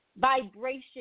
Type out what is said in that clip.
vibration